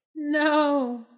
No